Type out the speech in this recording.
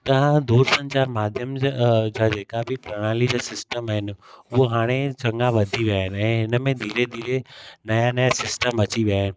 त दूर संचार जे माध्यम जेका बि प्रणाली जा सिस्टम आहिनि उहो हाणे चङा बदली विया आहिनि ऐं हिनमें धीरे धीरे नवां नवां सिस्टम अची विया आहिनि